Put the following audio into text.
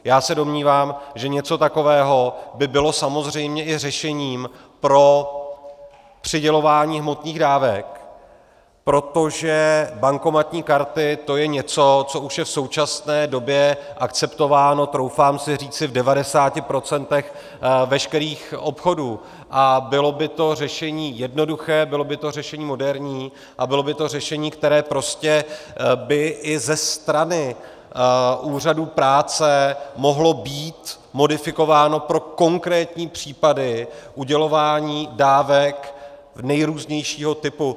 Já se domnívám, že něco takového by bylo samozřejmě i řešením pro přidělování hmotných dávek, protože bankomatní karty, to je něco, co už je v současné době akceptováno, troufám si říci, v 90 % veškerých obchodů a bylo by to řešení jednoduché, bylo by to řešení moderní a bylo by to řešení, které prostě by i ze strany úřadů práce mohlo být modifikováno pro konkrétní případy udělování dávek nejrůznějšího typu.